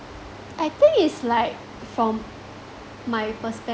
I think is like from my perspective